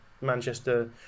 Manchester